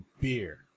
beer